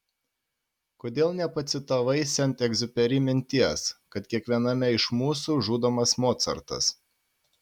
kodėl nepacitavai sent egziuperi minties kad kiekviename iš mūsų žudomas mocartas